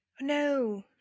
No